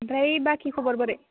आमफ्राय बाखि खबर बोरै